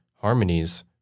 harmonies